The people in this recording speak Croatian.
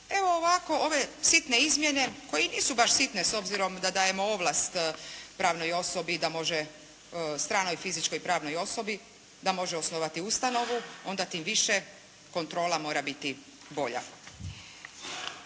evo ovako ove sitne izmjene koje i nisu baš sitne s obzirom da dajemo ovlast pravnoj osobi da može, stranoj fizičkoj i pravnoj osobi da može osnovati ustanovu, onda tim više kontrola mora biti bolja.